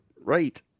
right